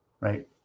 right